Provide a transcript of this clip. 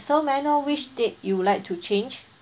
so may I know which date you would like to change